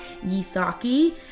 Yisaki